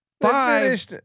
Five